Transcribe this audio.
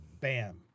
Bam